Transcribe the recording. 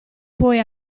poi